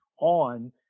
on